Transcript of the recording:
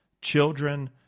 children